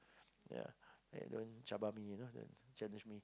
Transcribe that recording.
yeah eh don't cabar me you know don't challenge me